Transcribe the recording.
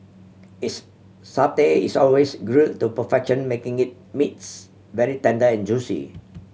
its satay is always grille to perfection making it meats very tender and juicy